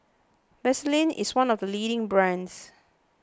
Vaselin is one of the leading brands